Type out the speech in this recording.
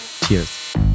cheers